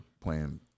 playing